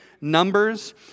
numbers